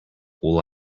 all